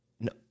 no